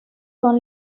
son